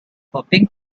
hoping